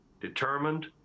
determined